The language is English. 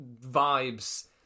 vibes